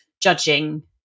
judging